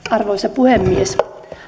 arvoisa puhemies